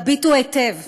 תביטו היטב.